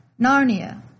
Narnia